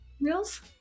reels